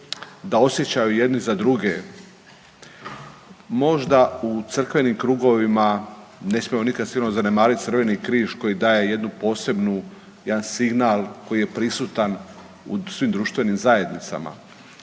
da osjećaju jedni za druge. Možda u crkvenim krugovima ne smijemo nikad sigurno zanemariti Crveni križ koji daje jednu posebnu, jedan signal koji je prisutan u svim društvenim zajednicama,